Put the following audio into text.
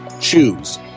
choose